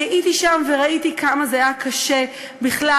אני הייתי שם וראיתי כמה זה היה קשה בכלל